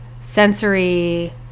Sensory